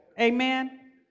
amen